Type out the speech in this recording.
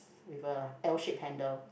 with a L shape handle